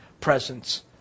presence